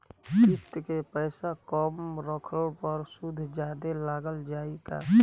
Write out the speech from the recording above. किश्त के पैसा कम रखला पर सूद जादे लाग जायी का?